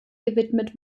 gewidmet